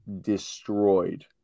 destroyed